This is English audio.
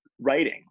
writing